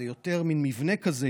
זה יותר מין מבנה כזה,